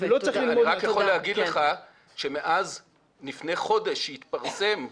אני רק יכול לומר לך שלפני ודש התפרסם,